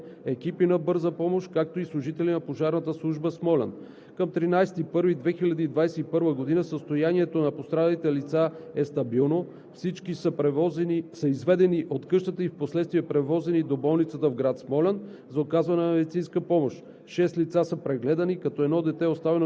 На сигнала своевременно са реагирали служители от Районно управление – Смолян, екипи на Бърза помощ, както и служители на Пожарната служба – Смолян. Към 13 януари 2021 г. състоянието на пострадалите лица е стабилно, всички са изведени от къщата и впоследствие превозени до болницата в град Смолян